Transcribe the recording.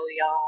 y'all